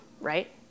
right